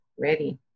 Ready